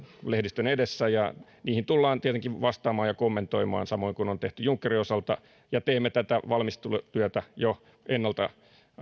lehdistön edessä ja niihin tullaan tietenkin vastaamaan ja kommentoimaan samoin kuin on tehty junckerin osalta ja teemme tätä valmistelutyötä jo ennalta